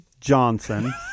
Johnson